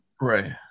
Right